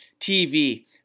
TV